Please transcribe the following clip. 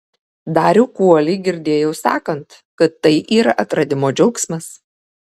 darių kuolį girdėjau sakant kad tai yra atradimo džiaugsmas